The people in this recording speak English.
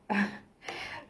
ah